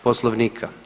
Poslovnika.